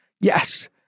yes